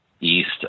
east